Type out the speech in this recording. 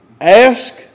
ask